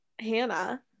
hannah